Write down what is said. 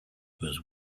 was